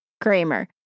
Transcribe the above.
Kramer